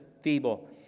feeble